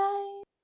Bye